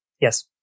Yes